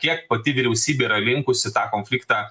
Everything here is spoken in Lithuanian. kiek pati vyriausybė yra linkusi tą konfliktą